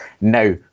Now